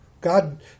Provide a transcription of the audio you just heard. God